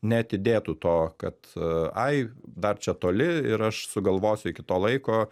neatidėtų to kad ai dar čia toli ir aš sugalvosiu iki to laiko